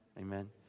amen